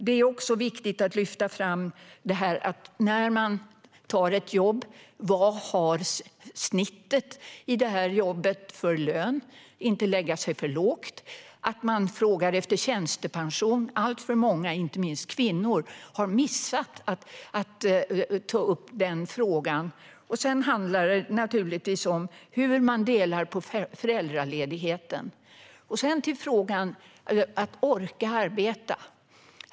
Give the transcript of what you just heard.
Det är också viktigt att lyfta fram att de, när de söker jobb, tar reda på vad den genomsnittliga lönen för detta jobb är, så att de inte lägger sig för lågt, och att de frågar efter tjänstepension. Alltför många, inte minst kvinnor, har missat att ta upp den frågan. Sedan handlar det naturligtvis om hur man delar på föräldraledigheten. Så över till frågan om att orka arbeta.